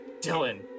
Dylan